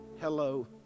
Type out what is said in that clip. hello